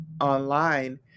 online